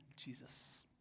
Jesus